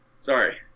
Sorry